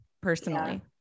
personally